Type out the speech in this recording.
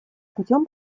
путем